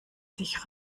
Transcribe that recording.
sich